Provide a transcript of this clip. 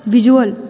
visual